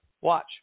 Watch